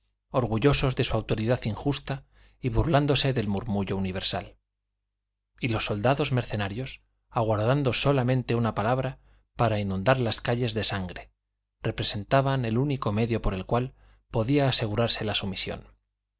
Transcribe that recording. orgullosos de su autoridad injusta y burlándose del murmullo universal y los soldados mercenarios aguardando solamente una palabra para inundar las calles de sangre representaban el único medio por el cual podía asegurarse la sumisión